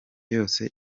yose